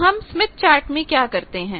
तो हम Smith chart में क्या करते हैं